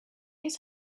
his